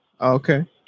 Okay